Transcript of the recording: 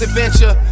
adventure